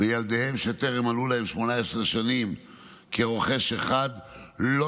וילדיהם שטרם מלאו להם 18 שנים כרוכש אחד לא